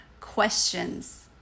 questions